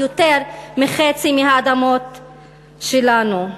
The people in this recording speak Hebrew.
יותר מחצי מהאדמות שלנו.